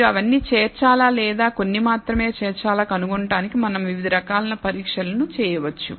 మీరు అవన్నీ చేర్చాలా లేదా కొన్ని మాత్రమే చేర్చాలా కనుగొనడానికి మనం వివిధ రకాల పరీక్షలను చేయవచ్చు